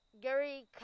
gary